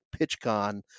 PitchCon